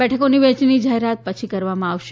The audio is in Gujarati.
બેઠકોની વહેંચણીની જાહેરાત પછી કરવામાં આવશે